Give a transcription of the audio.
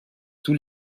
tous